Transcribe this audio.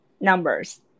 numbers